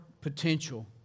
potential